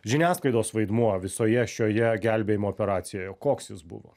žiniasklaidos vaidmuo visoje šioje gelbėjimo operacijoje koks jis buvo